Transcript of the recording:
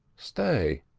stay!